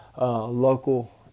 local